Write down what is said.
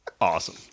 awesome